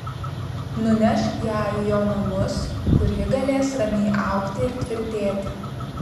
nunešk ją į jo namus kur ji galės ramiai augti ir tvirtėti